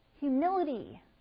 humility